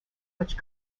which